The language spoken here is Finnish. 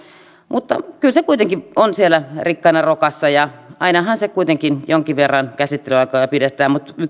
mutta kyllä se kuitenkin on siellä rikkana rokassa ja ainahan se kuitenkin jonkin verran käsittelyaikoja pidentää mutta